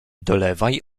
dolewaj